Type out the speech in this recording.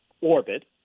orbit